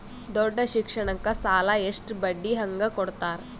ದೊಡ್ಡ ಶಿಕ್ಷಣಕ್ಕ ಸಾಲ ಎಷ್ಟ ಬಡ್ಡಿ ಹಂಗ ಕೊಡ್ತಾರ?